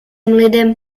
lidem